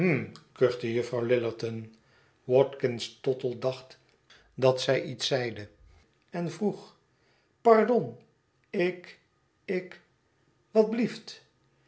juffrouw lillerton watkins tottle dacht dat zij iets zeide en vroeg pardon ik ik watblieft